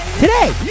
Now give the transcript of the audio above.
today